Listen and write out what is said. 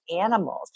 animals